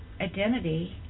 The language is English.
identity